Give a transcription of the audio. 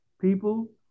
People